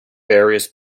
various